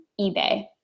eBay